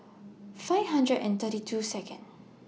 five hundred and thirty Second